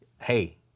Hey